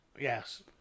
yes